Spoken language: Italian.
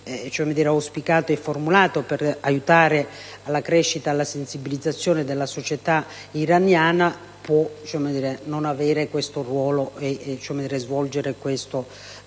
auspicato e formulato per aiutare la crescita della sensibilizzazione della società iraniana, può avere questo ruolo e svolgere questo